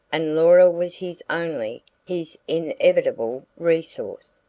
and laura was his only, his inevitable, resource.